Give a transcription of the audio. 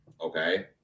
Okay